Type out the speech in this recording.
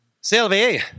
Sylvie